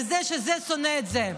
על זה שזה שונא את זה.